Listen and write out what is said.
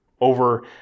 over